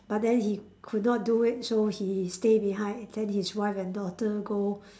but then he could not do it so he stay behind then his wife and daughter go